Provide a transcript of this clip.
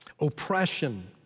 Oppression